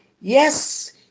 yes